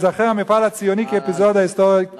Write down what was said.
ייזכר המפעל הציוני כאפיזודה היסטורית קצרת ימים.